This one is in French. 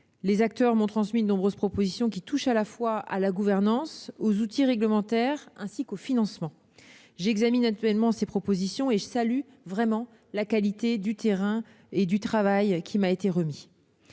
Les acteurs m'ont transmis de nombreuses propositions qui touchent à la fois à la gouvernance, aux outils réglementaires et au financement. J'examine actuellement ces propositions et je tiens à saluer la qualité du travail qui m'a été remis.